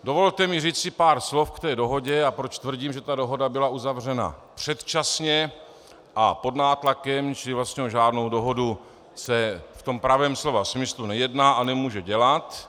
Dovolte mi říci pár slov k té dohodě, a proč tvrdím, že dohoda byla uzavřena předčasně a pod nátlakem, že vlastně o žádnou dohodu se v pravém slova smyslu nejedná a nemůže jednat.